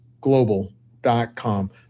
global.com